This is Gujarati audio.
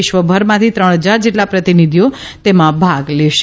વિશ્વભરમાંથી ત્રણ હજાર જેટલા પ્રતિનિધિઓ તેમાં ભાગ લેશે